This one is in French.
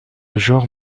genre